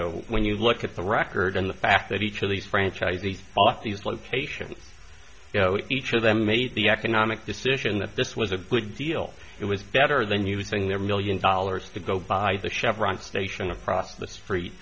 indeed when you look at the record and the fact that each of these franchisees bought these locations each of them made the economic decision that this was a good deal it was better than using their million dollars to go buy the chevron station across the street